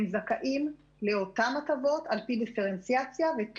הם זכאים לאותן הטבות על-פי דיפרנציאציה וזה